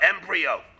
embryo